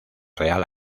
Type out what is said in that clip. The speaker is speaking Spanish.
real